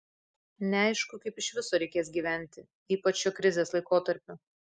neaišku kaip iš viso reikės gyventi ypač šiuo krizės laikotarpiu